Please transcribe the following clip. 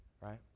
right